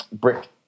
Brick